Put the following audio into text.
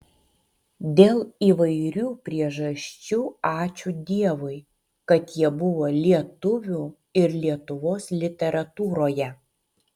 dėl įvairių priežasčių ačiū dievui kad jie buvo lietuvių ir lietuvos literatūroje